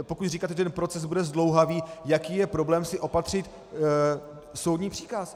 Pokud říkáte, že ten proces bude zdlouhavý, jaký je problém si opatřit soudní příkaz?